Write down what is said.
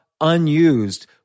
unused